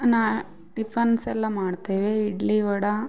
ನಾ ಟಿಫನ್ಸೆಲ್ಲ ಮಾಡ್ತೇವೆ ಇಡ್ಲಿ ವಡೆ